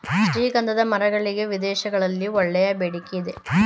ಶ್ರೀಗಂಧದ ಮರಗಳಿಗೆ ವಿದೇಶಗಳಲ್ಲಿ ಒಳ್ಳೆಯ ಬೇಡಿಕೆ ಇದೆ